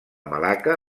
malacca